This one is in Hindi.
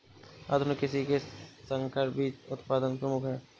आधुनिक कृषि में संकर बीज उत्पादन प्रमुख है